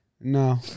No